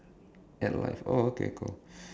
at life oh okay cool